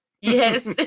yes